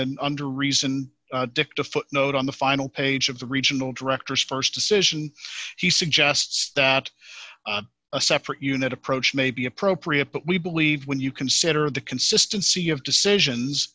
then under reasoned dicta footnote on the final page of the regional directors st decision he suggests that a separate unit approach may be appropriate but we believe when you consider the consistency of decisions